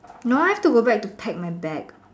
no I have to go back to pack my bag